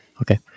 Okay